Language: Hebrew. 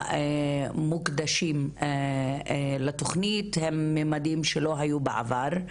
המוקדשים לתוכנית הם מימדים שלא היו בעבר,